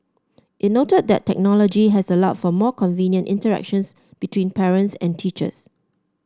it noted that technology has allowed for more convenient interactions between parents and teachers